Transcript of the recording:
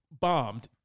bombed